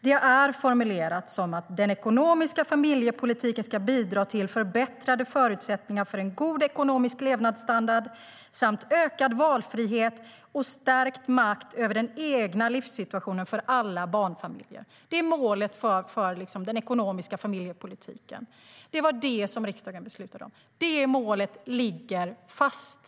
Det är formulerat enligt följande: "Den ekonomiska familjepolitiken ska bidra till förbättrade förutsättningar för en god ekonomisk levnadsstandard samt ökad valfrihet och stärkt makt över den egna livssituationen för alla barnfamiljer." Det var det målet riksdagen beslutade. Det målet ligger fast.